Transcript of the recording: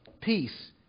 peace